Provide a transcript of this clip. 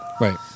right